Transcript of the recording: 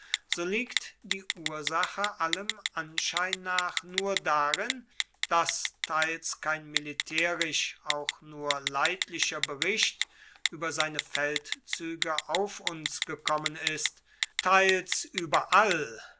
so liegt die ursache allem anschein nach nur darin daß teils kein militärisch auch nur leidlicher bericht über seine feldzüge auf uns gekommen ist teils überall